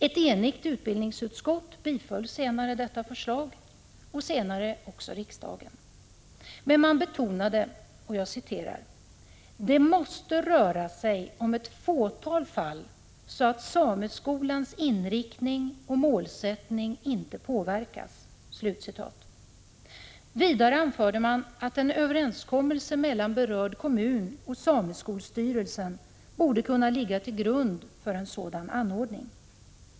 Ett enigt utbildningsutskott tillstyrkte detta förslag, och det bifölls av riksdagen, men man betonade att ”det måste röra sig om ett fåtal fall så att sameskolans inriktning och målsättning inte påverkas”. Man anförde vidare att en överenskommelse mellan berörd kommun och sameskolstyrelsen borde kunna ligga till grund för en sådan anordning.